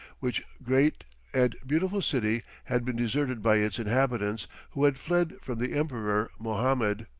which great and beautiful city had been deserted by its inhabitants, who had fled from the emperor mohammed.